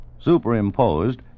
Superimposed